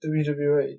WWE